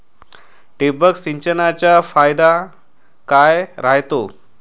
ठिबक सिंचनचा फायदा काय राह्यतो?